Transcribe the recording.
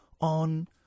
on